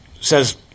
says